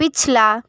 पिछला